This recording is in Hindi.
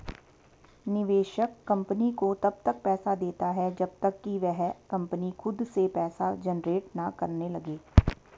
निवेशक कंपनी को तब तक पैसा देता है जब तक कि वह कंपनी खुद से पैसा जनरेट ना करने लगे